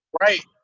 right